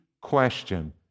question